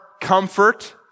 comfort